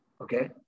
okay